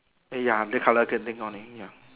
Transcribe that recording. ya the colour getting on it ya